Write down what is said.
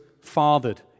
fathered